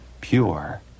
pure